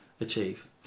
achieve